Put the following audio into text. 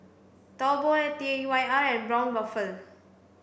Taobao and T Y R and Braun Buffel